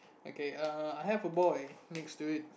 okay err I have a boy next to it